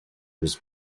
his